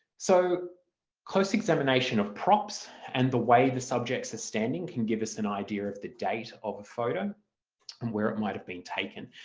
so close examination of props and the way that subjects are standing can give us an idea of the date of a photo and where it might have been taken.